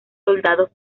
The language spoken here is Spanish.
soldados